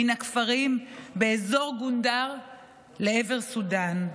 מן הכפרים באזור גונדר לעבר סודן.